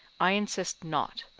i insist not,